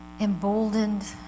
emboldened